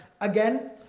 again